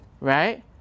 right